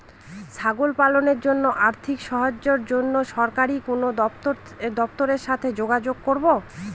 ছাগল পালনের জন্য আর্থিক সাহায্যের জন্য সরকারি কোন দপ্তরের সাথে যোগাযোগ করব?